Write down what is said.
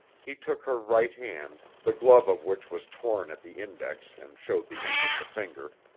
he took her right hand, the glove of which was torn at the index, and showed the end of the finger.